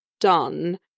done